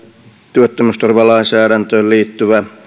työttömyysturvalainsäädäntöön liittyvässä